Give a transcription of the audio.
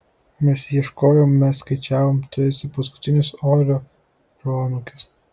mes ieškojom mes skaičiavom tu esi paskutinis orio proanūkis